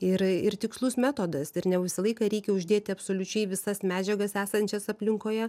ir ir tikslus metodas ir ne visą laiką reikia uždėti absoliučiai visas medžiagas esančias aplinkoje